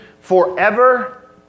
forever